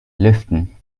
lüften